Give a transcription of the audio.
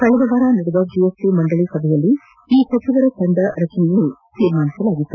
ಕಳೆದ ವಾರ ನಡೆದ ಜಿಎಸ್ಟಿ ಮಂಡಳಿ ಸಭೆಯಲ್ಲಿ ಈ ಸಚಿವರ ತಂಡ ರಚಿಸಲು ತೀರ್ಮಾನಿಸಲಾಗಿತ್ತು